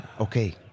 okay